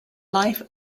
life